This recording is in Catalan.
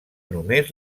només